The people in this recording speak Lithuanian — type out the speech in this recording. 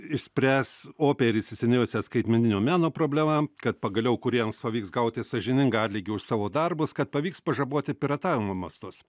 išspręs opią ir įsisenėjusią skaitmeninio meno problemą kad pagaliau kūrėjams pavyks gauti sąžiningą atlygį už savo darbus kad pavyks pažaboti piratavimo mastus